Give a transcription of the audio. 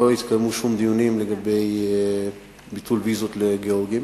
לא התקיימו דיונים לגבי ביטול ויזות לגאורגים.